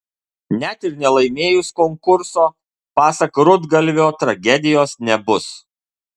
net ir nelaimėjus konkurso pasak rudgalvio tragedijos nebus